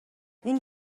این